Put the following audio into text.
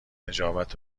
نجابت